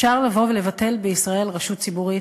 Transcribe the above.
אפשר לבוא ולבטל בישראל רשות ציבורית,